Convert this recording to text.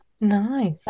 Nice